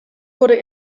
wurde